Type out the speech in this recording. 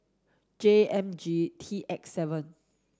J M G T X seven